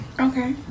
Okay